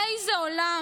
באיזה עולם?